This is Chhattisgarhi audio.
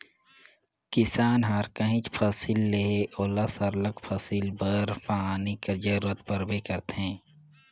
किसान हर काहींच फसिल लेहे ओला सरलग फसिल बर पानी कर जरूरत परबे करथे